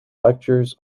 lectures